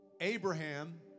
Abraham